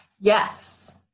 Yes